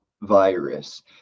virus